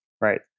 Right